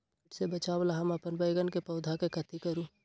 किट से बचावला हम अपन बैंगन के पौधा के कथी करू?